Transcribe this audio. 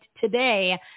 today